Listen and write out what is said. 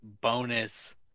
bonus